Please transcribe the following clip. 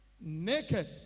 naked